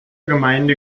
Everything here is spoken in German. gemeinde